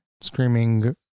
screaming